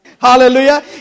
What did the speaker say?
Hallelujah